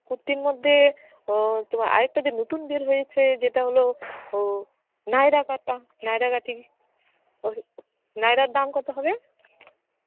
কুর্তির মধ্যে তোমার আর একটা যে নতুন বের হয়েছে যেটা হলো নায়রা কাটা নায়রা কাটিং ও নায়রার দাম কতো হবে